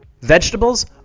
Vegetables